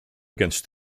against